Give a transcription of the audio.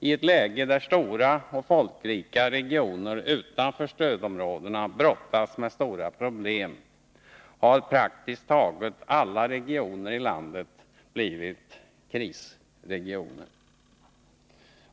I ett läge där stora och folkrika regioner utanför stödområdena brottas med stora problem har praktiskt taget alla regioner i landet blivit krisregioner.